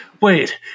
wait